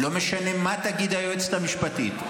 ולא משנה מה תגיד היועצת המשפטית,